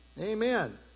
Amen